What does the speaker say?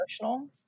emotional